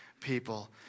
people